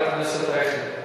חבר הכנסת אייכלר.